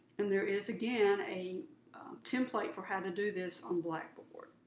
and there is, again, a template for how to do this on blackboard.